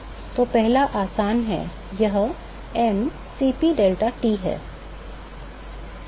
तो पहला आसान है यह m Cp deltaT है